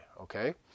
okay